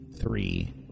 three